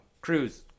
cruise